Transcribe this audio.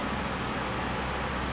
I wanna hit up my cikgu